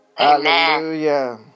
Hallelujah